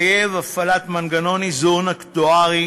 המחייב הפעלת מנגנון איזון אקטוארי